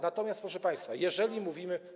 Natomiast, proszę państwa, jeżeli mówimy.